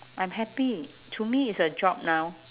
I'm happy to me it's a job now